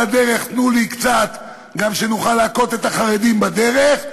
על הדרך תנו לי קצת שגם נוכל להכות את החרדים בדרך,